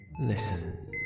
Listen